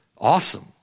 Awesome